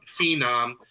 phenom